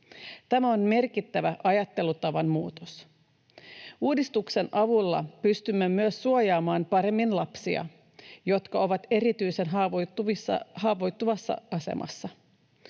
Tämä on merkittävä ajattelutavan muutos. Uudistuksen avulla pystymme myös suojaamaan paremmin lapsia, jotka ovat erityisen haavoittuvassa asemassa.